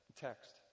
text